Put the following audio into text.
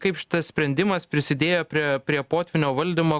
kaip šitas sprendimas prisidėjo prie prie potvynio valdymo